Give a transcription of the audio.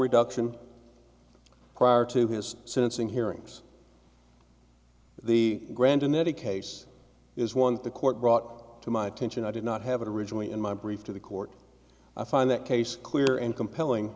reduction prior to his sentencing hearings the grand in any case is one the court brought to my attention i did not have it originally in my brief to the court i find that case clear and compelling